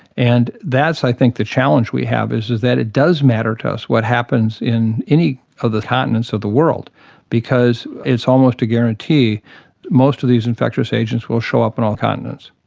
and that is i think the challenge that we have, is is that it does matter to us what happens in any other continents of the world because it's almost a guarantee most of these infectious agents will show up in all continents.